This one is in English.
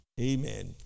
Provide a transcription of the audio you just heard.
amen